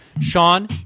Sean